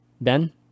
Ben